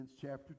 chapter